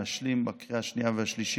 להשלים את הצעת החוק בקריאה השנייה והשלישית